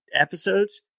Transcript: episodes